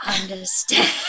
understand